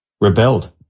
rebelled